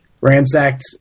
ransacked